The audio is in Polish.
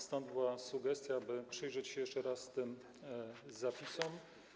Stąd była sugestia, aby przyjrzeć się jeszcze raz tym zapisom.